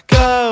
go